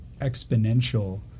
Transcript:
exponential